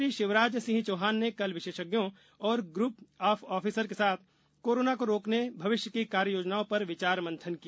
मुख्यमंत्री शिवराज सिंह चौहान ने कल विशेषज्ञों और ग्र्प ऑफ ऑफिसर के साथ कोरोना को रोकने भविष्य की कार्य योजनाओं पर विचार मंथन किया